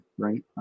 right